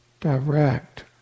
Direct